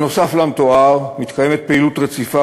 נוסף על המתואר מתקיימת פעילות רציפה